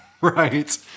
Right